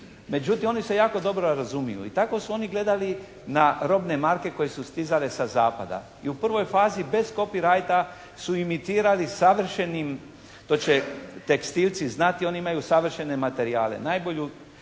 Međutim, oni se jako dobro razumiju. I tako su oni gledali na robne marke koje su stizale sa zapada. I u prvoj fazi bez «copywrite» su imitirali savršenim, to će tekstilci znati oni imaju savršene materijale. Najbolju